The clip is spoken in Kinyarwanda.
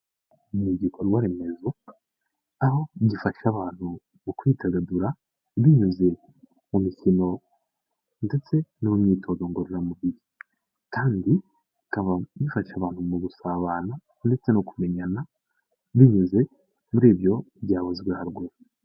Ni igikorwa remezo, aho gifasha abantu mu kwidagadura, binyuze mu mikino ndetse no mu myitozo ngororamubiri kandi ikaba ifasha abantu mu gusabana ndetse no kumenyana, binyuze muri ibyo byavuzwe haruguru.